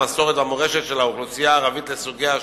המסורת והמורשת של האוכלוסייה הערבית לסוגיה השונים,